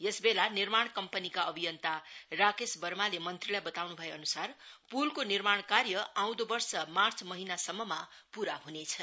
यसबेला निर्माण कम्पनीका अभियन्ता राकेश बर्माले मंत्रीलाई बताउन् भएअन्सार पुलको निर्माण कार्य आउँदो वर्ष मार्च महिनासम्ममा पूरा हनेछ